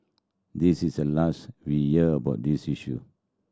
this is the last we'd hear about this issue